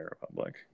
Republic